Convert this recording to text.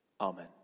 Amen